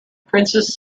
princess